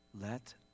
let